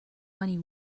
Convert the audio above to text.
money